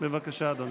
בבקשה, אדוני.